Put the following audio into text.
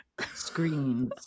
screens